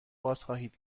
بازخواهید